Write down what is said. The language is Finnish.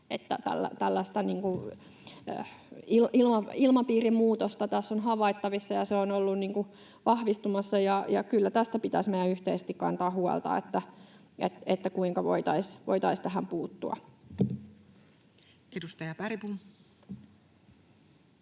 ilmapiirin muutosta tässä on havaittavissa ja se on ollut vahvistumassa. Kyllä tästä pitäisi meidän yhteisesti kantaa huolta, kuinka voitaisiin tähän puuttua. [Speech 195]